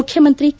ಮುಖ್ಲಮಂತ್ರಿ ಕೆ